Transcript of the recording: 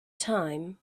time